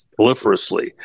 proliferously